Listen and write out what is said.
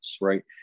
right